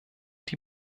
die